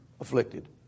afflicted